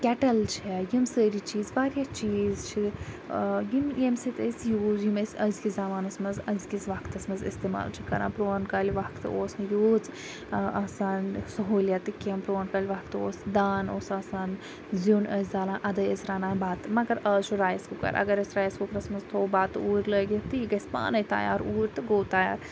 kettle چھےٚ یِم سٲری چیٖز واریاہ چیٖز چھِ یِم ییٚمہِ سۭتۍ أسۍ یوٗز یِم أسۍ أزکِس زَمانَس مَنٛز أزکِس وَقتَس مَنٛز اِستعمال چھِ کَران پرٛون کالہِ وَقتہٕ اوس نہٕ ییٖژ آسان سُہولیت تہِ کینٛہہ پرون کالہِ وَقتہٕ اوس دان اوس آسان زِیُن ٲسۍ زالان اَدے ٲسۍ رَنان بَتہٕ مگر آز چھُ رایس کُکَر اگر اَسہِ رایس کُکرَس مَنٛز تھوو بَتہٕ اوٗرۍ لٲگِتھ تہِ یہِ گَژھِ پانے تَیار اوٗر تہٕ گوٚو تَیار